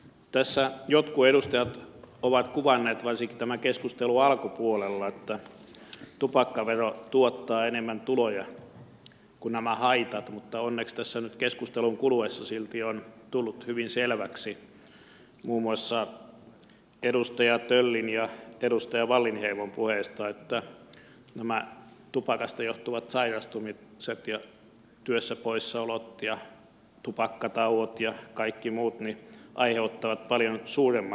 tässä jotkut edustajat ovat kuvanneet varsinkin tämän keskustelun alkupuolella että tupakkavero tuottaa enemmän tuloja kuin nämä haitat vievät mutta onneksi tässä nyt keskustelun kuluessa silti on tullut hyvin selväksi muun muassa edustaja töllin ja edustaja wallinheimon puheista että nämä tupakasta johtuvat sairastumiset ja työstä poissaolot ja tupakkatauot ja kaikki muut aiheuttavat paljon suuremmat kulut